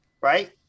right